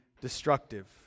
destructive